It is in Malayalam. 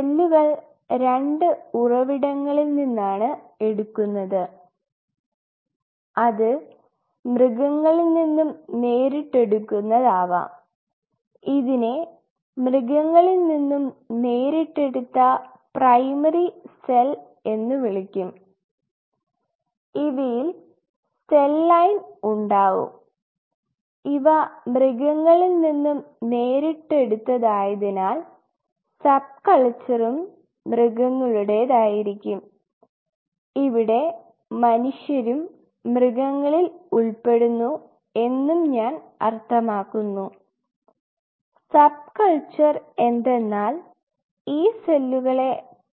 സെല്ലുകൾ 2 ഉറവിടങ്ങളിൽ നിന്നാണ് എടുക്കുന്നത് അത് മൃഗങ്ങളിൽ നിന്നും നേരിട്ട് എടുക്കുന്നത് ആവാം ഇതിനെ മൃഗങ്ങളിൽ നിന്നും നേരിട്ട് എടുത്ത പ്രൈമറി സെൽ എന്നു വിളിക്കും ഇവയിൽ സെൽ ലൈൻ ഉണ്ടാവും ഇവ മൃഗങ്ങളിൽ നിന്നും നേരിട്ട് എടുത്തതായ്യതിനാൽ സബ് കൾച്ചറും മൃഗങ്ങളുടെതായിരിക്കും ഇവിടെ മനുഷ്യരും മൃഗങ്ങളിൽ ഉൾപ്പെടുന്നു എന്നും ഞാൻ അർത്ഥമാക്കുന്നു സബ് കൾച്ചർ എന്തെന്നാൽ ഈ സെല്ലുകളെ